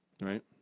Right